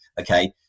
okay